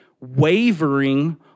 wavering